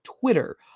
Twitter